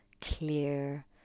clear